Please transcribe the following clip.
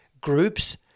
groups